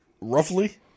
Roughly